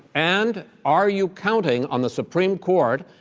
and are you counting on the supreme court,